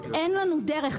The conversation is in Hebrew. אין לנו דרך.